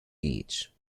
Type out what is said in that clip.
each